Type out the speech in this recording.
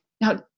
Now